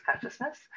Consciousness